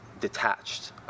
detached